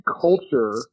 culture